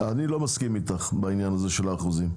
אני לא מסכים איתך בעניין האחוזים.